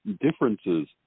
differences